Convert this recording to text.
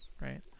right